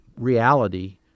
reality